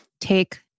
take